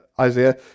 Isaiah